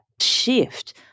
shift